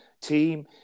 team